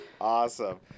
Awesome